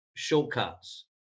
Shortcuts